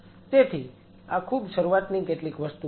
તેથી આ ખૂબ શરૂઆતની કેટલીક વસ્તુઓ છે